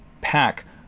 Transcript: pack